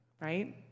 Right